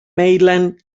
mainland